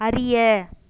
அறிய